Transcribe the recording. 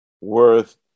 worth